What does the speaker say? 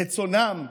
רצונם,